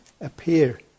appear